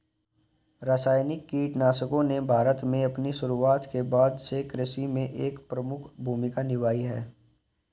रासायनिक कीटनाशकों ने भारत में अपनी शुरुआत के बाद से कृषि में एक प्रमुख भूमिका निभाई है